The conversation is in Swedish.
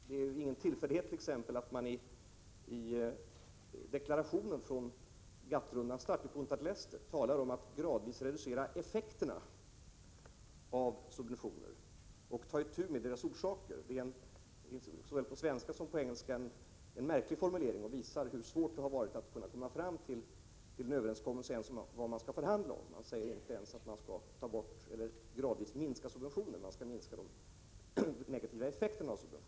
Det är t.ex. ingen tillfällighet att man i deklarationen från GATT-rundans start i Punta del Este talar om att gradvis reducera effekterna av subventionerna och att ta itu med deras orsaker. Det är såväl på svenska som på engelska en märklig formulering, som visar hur svårt det har varit att komma fram till en överenskommelse ens om vad man skall förhandla om. Man säger inte att man skall gradvis minska subventionerna utan att man skall minska de negativa effekterna av subventionerna.